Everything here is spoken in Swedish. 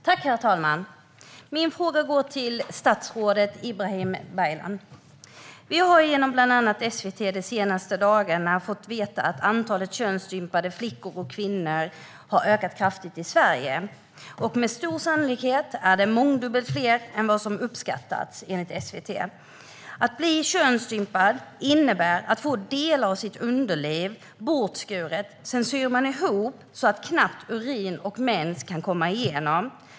Herr talman! Min fråga går till statsrådet Ibrahim Baylan. Vi har genom bland annat SVT de senaste dagarna fått veta att antalet könsstympade flickor och kvinnor har ökat kraftigt i Sverige. Med stor sannolikhet är det mångdubbelt fler än vad som uppskattats, enligt SVT. Att bli könsstympad innebär att man får delar av sitt underliv bortskuret. Sedan sys man ihop så att urin och mens knappt kan komma igenom.